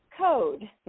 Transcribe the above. code